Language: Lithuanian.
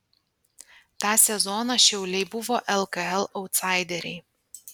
tą sezoną šiauliai buvo lkl autsaideriai